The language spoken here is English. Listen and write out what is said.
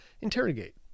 interrogate